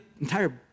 entire